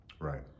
right